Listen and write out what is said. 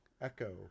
echo